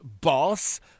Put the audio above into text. boss